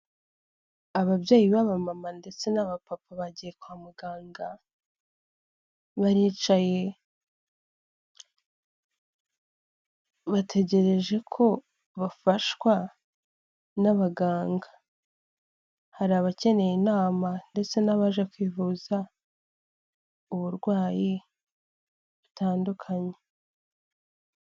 Ababyeyi baba b'abamama ndetse n'abapapa bagiye kwa muganga, baricaye bategereje ko bafashwa n'abaganga, hari abakeneye inama ndetse n'abaje kwivuza, uburwayi butandukanye.